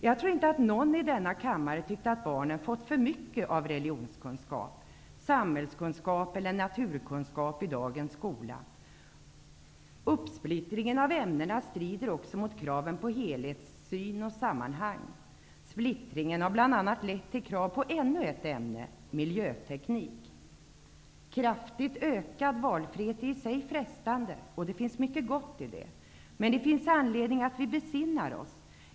Jag tror inte någon i denna kammare tyckt att barnen fått för mycket av religionskunskap, samhällskunskap eller naturkunskap i dagens skola. Uppsplittringen av ämnena strider också mot kraven på helhetssyn och sammanhang. Splittringen har bl.a. lett till krav på ännu ett ämne, miljöteknik. Kraftigt ökad valfrihet är i sig frestande, och det finns mycket gott i det. Men det finns anledning att vi besinnar oss.